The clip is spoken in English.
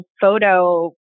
photo